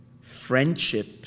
Friendship